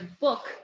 book